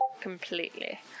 Completely